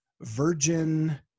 Virgin